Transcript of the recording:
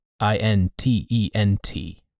I-N-T-E-N-T